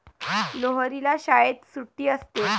लोहरीला शाळेत सुट्टी असते